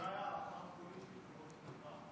זו אולי הערכה פוליטית ולא תקווה.